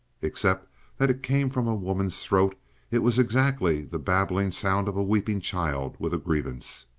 except that it came from a woman's throat it was exactly the babbling sound of a weeping child with a grievance.